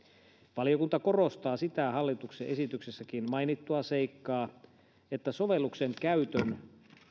valiokunta korostaa sitä hallituksen esityksessäkin mainittua seikkaa että sovelluksen käytön